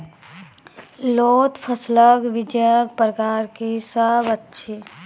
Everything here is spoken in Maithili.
लोत फसलक बीजक प्रकार की सब अछि?